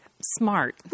smart